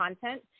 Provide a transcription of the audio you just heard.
content